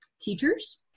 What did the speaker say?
teachers